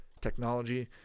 technology